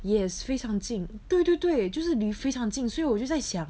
yes 非常近对对对就是离非常近所以我就在想